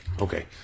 Okay